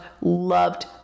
loved